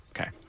Okay